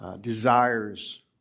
Desires